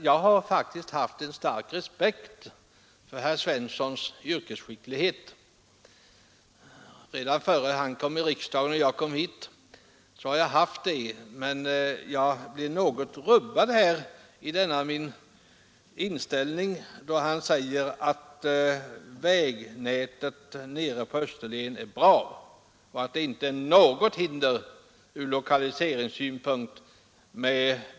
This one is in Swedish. Jag har faktiskt haft en stark respekt för herr Svenssons yrkesskicklighet redan innan någon av oss kom till riksdagen, men denna min inställning blir något rubbad då han säger att vägnätet nere på Österlen är bra och att vägarnas beskaffenhet där inte är något hinder ur lokaliseringssynpunkt.